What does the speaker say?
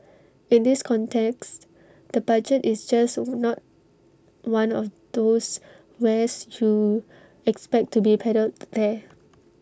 in this context the budget is just not one of those wares you expect to be peddled there